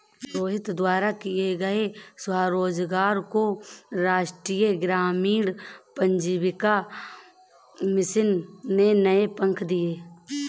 रोहित द्वारा किए गए स्वरोजगार को राष्ट्रीय ग्रामीण आजीविका मिशन ने नए पंख दिए